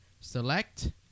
select